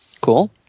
Cool